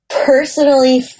personally